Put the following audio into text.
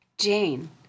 Jane